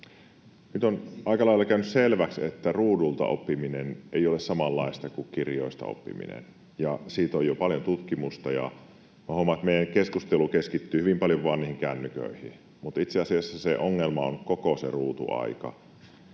Nyt on aika lailla käynyt selväksi, että ruudulta oppiminen ei ole samanlaista kuin kirjoista oppiminen. Siitä on jo paljon tutkimusta. Minä huomaan, että meidän keskustelumme keskittyy hyvin paljon vain kännyköihin, mutta itse asiassa se ongelma on koko se ruutuaika.